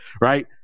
right